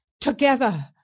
together